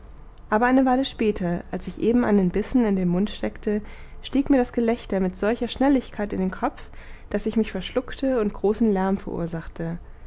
aber eine weile später als ich eben einen bissen in den mund steckte stieg mir das gelächter mit solcher schnelligkeit in den kopf daß ich mich verschluckte und großen lärm verursachte